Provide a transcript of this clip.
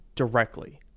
directly